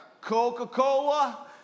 Coca-Cola